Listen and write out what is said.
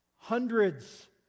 Hundreds